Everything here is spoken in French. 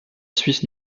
suisse